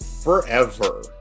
forever